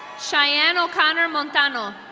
cheyenne o'connor montano.